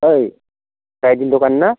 ओइ राइदिन दखान ना